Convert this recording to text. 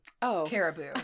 caribou